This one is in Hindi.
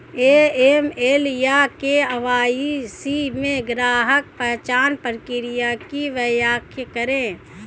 ए.एम.एल या के.वाई.सी में ग्राहक पहचान प्रक्रिया की व्याख्या करें?